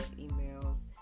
emails